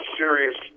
serious